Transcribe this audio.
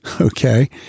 Okay